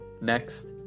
Next